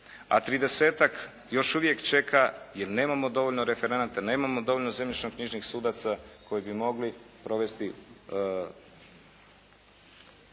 tridesetak još uvijek čeka jer nemamo dovoljno referenata, nemamo dovoljno zemljišno-knjižnih sudaca koji bi mogli provesti